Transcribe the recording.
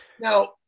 Now